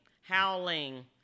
howling